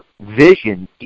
vision